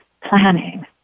planning